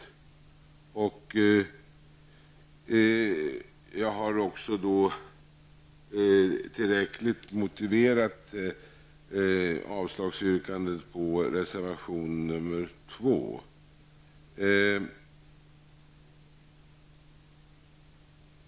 Jag har också tillräckligt motiverat avslagsyrkandet på reservation nr 2.